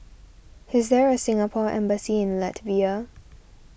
is there a Singapore Embassy in Latvia